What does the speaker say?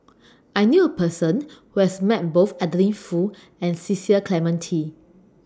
I knew A Person Who has Met Both Adeline Foo and Cecil Clementi